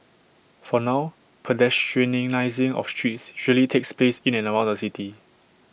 for now pedestrianising of trees usually takes place in and around the city